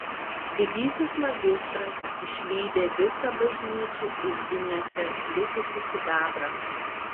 didysis magistras išlydė visą bažnyčių iždinėse likusį sidabrą